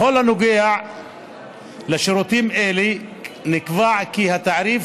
בכל הנוגע לשירותים אלה נקבע כי התעריף